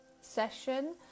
session